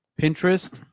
Pinterest